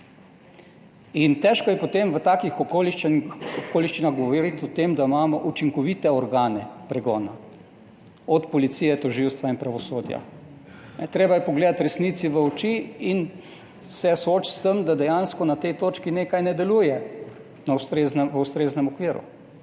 in težko je potem v takih okoliščinah govoriti o tem, da imamo učinkovite organe pregona, od policije, tožilstva in pravosodja. Treba je pogledati resnici v oči in se soočiti s tem, da dejansko na tej točki nekaj ne deluje na ustreznem, v